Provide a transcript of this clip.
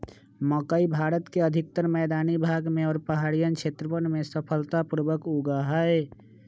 मकई भारत के अधिकतर मैदानी भाग में और पहाड़ियन क्षेत्रवन में सफलता पूर्वक उगा हई